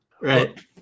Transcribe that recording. right